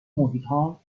محیطها